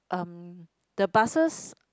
um the buses